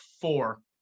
Four